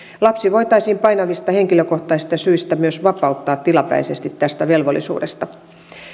lapsi voitaisiin painavista henkilökohtaisista syistä myös vapauttaa tilapäisesti tästä velvollisuudesta